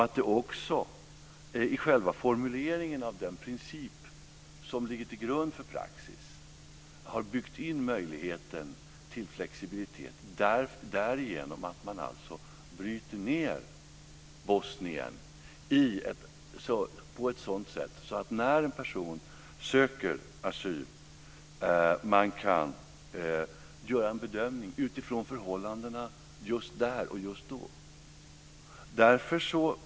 Det har också i själva formuleringen av den princip som ligger till grund för praxis byggts in en möjlighet till flexibilitet därigenom att man bryter ned Bosnien på ett sådant sätt att när en person söker asyl kan man göra en bedömning utifrån förhållandena just där och just då.